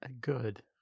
good